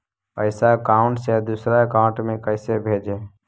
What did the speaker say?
पैसा अकाउंट से दूसरा अकाउंट में कैसे भेजे?